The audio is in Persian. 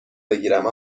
بگیرم